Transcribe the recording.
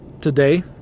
today